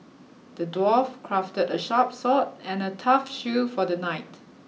the dwarf crafted a sharp sword and a tough shield for the knight